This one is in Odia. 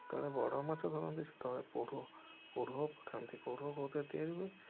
ଯେତେବେଳେ ବଡ଼ମାଛ ଧରନ୍ତି ସେତେବେଳେ ପୋଢ଼ୁଅ ପୋଢ଼ୁଅ ପକାନ୍ତି ପୋଢ଼ୁଅ କେଉଁଥିରେ ତିଆରି ହୁଏ